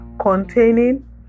containing